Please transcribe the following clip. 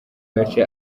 gace